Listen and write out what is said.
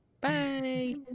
Bye